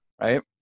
Right